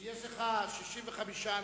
כשיש לך 65 אנשים,